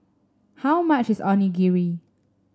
how much is Onigiri